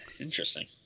Interesting